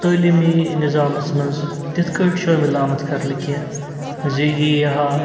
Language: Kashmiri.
تٲلیٖمی نظامَس منٛز تِتھ کٔنۍ چھُ مِلٲمت کرنہٕ کینٛہہ زِ یی ہا